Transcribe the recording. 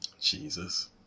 Jesus